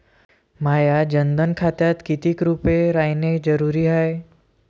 माह्या जनधन खात्यात कितीक रूपे रायने जरुरी हाय?